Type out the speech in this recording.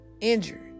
injured